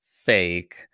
fake